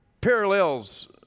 parallels